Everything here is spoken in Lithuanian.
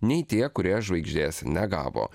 nei tie kurie žvaigždės negavo